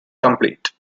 complete